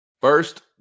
first